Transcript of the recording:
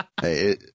Hey